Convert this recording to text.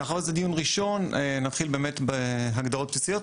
מאחר שזה דיון ראשון נתחיל בהגדרות בסיסיות,